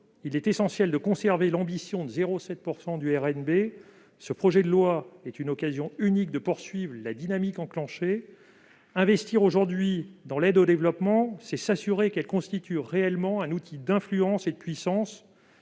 Il est essentiel de conserver l'ambition de 0,7 % du RNB. Ce projet de loi offre une occasion unique de poursuivre la dynamique enclenchée. Investir aujourd'hui dans l'aide au développement, c'est s'assurer que celle-ci constitue réellement un outil d'influence et de puissance,